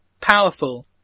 powerful